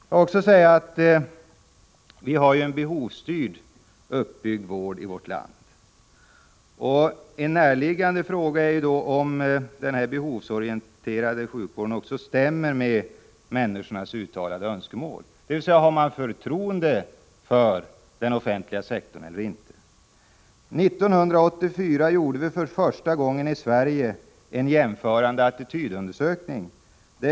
Vi har byggt upp en behovsstyrd vård i landet. En fråga som ligger nära till hands är om den behovsorienterade sjukvården överensstämmer med människors uttalade önskemål. Människorna misstror den offentliga sektorn, säger moderaterna. Har då människorna i vårt land förtroende för den offentliga sektorn eller inte? År 1984 gjorde vi för första gången i Sverige en jämförande attitydundersökning.